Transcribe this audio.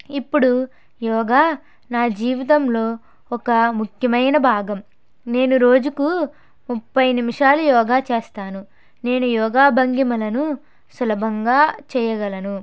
ఇప్పుడు యోగా నా జీవితంలో ఒక ముఖ్యమైన భాగం నేను రోజుకు ముప్పై నిమిషాలు యోగా చేస్తాను నేను యోగా భంగిమలను సులభంగా చేయగలను